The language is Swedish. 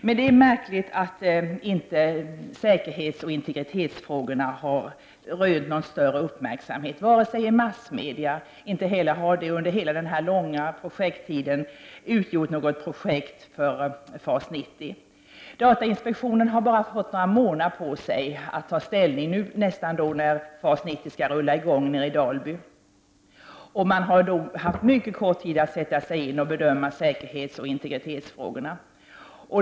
Men det är märkligt att inte säkerhetsoch integritetsfrågorna har rönt någon större uppmärksamhet i t.ex. massmedia. Inte heller har de under denna långa projekttid utgjort något projekt för FAS 90. Datainspektionen har bara haft några månader på sig att ta ställning, och det när det nästan är dags för FAS 90 att rulla i gång i Dalby. Man har haft mycket kort tid på sig att sätta sig in och bedöma säkerhetsoch integritetsfrågorna.